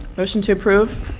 motion to approve.